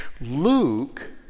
Luke